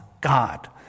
God